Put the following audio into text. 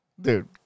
Dude